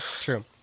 true